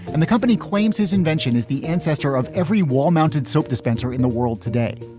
and the company claims his invention is the ancestor of every wall mounted soap dispenser in the world today.